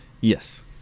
Yes